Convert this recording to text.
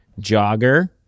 jogger